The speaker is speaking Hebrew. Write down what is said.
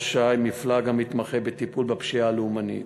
ש"י מפלג המתמחה בטיפול בפשיעה הלאומנית.